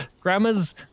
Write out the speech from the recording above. grandma's